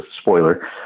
spoiler